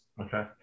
Okay